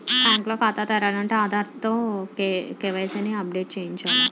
bank లో ఖాతా తెరాలంటే ఆధార్ తో కే.వై.సి ని అప్ డేట్ చేయించాల